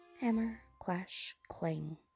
Hammer-clash-clang